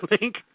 link